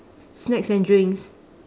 snacks and drinks